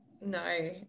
No